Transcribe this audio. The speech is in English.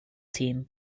team